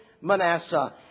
Manasseh